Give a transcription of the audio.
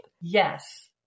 Yes